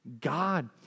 God